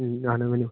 اَہَن حظ ؤنِو